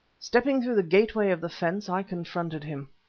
stepping through the gateway of the fence, i confronted him.